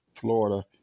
Florida